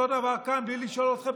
אותו דבר כאן: בלי לשאול אתכם,